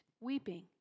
weeping